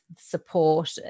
support